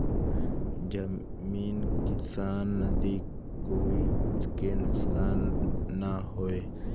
जमीन किसान नदी कोई के नुकसान न होये